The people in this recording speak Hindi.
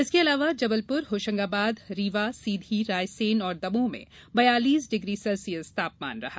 इसके अलावा जबलपुर होशंगाबाद रीवा सीधी रायसेन और दमोह में बयालीस डिग्री सेल्सियस तापमान रहा